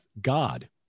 god